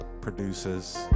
producers